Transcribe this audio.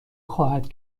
خواهد